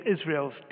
Israel's